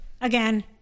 again